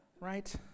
right